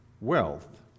Wealth